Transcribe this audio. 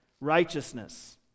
righteousness